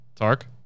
Tark